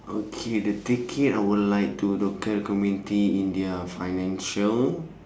okay to take care I would like the local community in their financial